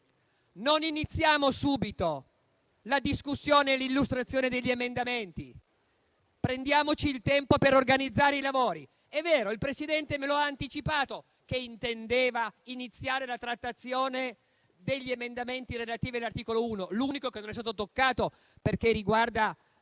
non iniziare subito la discussione e l'illustrazione degli emendamenti, ma di prenderci il tempo per organizzare i lavori. È vero, il Presidente mi ha anticipato che intendeva iniziare la trattazione degli emendamenti relativi all'articolo 1, l'unico che non è stato toccato, perché riguarda